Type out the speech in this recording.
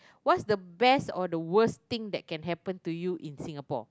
what's the best or the worst thing that can happen to you in Singapore